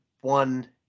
one